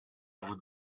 vous